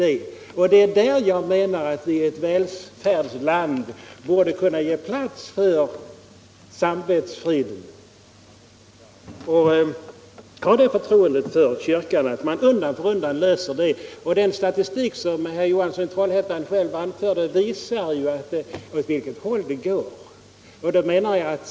Det är på den punkten jag menar att vi i ett välfärdsland borde kunna ge plats för samvetsfriden och ha det förtroendet för kyrkan att den så småningom kommer att lösa frågan. Den statistik som herr Johansson i Trollhättan själv anförde visar ju åt vilket håll utvecklingen går.